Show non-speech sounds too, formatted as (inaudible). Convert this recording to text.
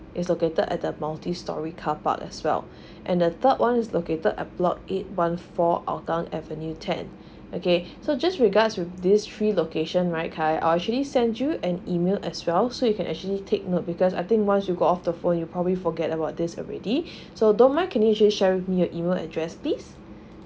it's located at the multi storey car park as well (breath) and the third one is located at block eight one four hougang avenue ten (breath) okay so just regards with these three location right khai I'll actually send you an email as well so you can actually take note because I think once you go off the phone you probably forget about this already (breath) so don't mind can you just share with me your email address please